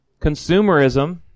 Consumerism